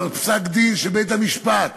פסק-דין של בית-המשפט